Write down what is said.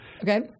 Okay